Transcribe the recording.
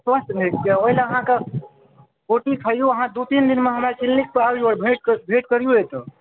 स्वस्थ्य रहयके लेल ओहिला अहाँके रोटी खइऔ अहाँ दु तीन दिनमे हमर क्लिनिकपर आबिऔ भेट करिऔ एतय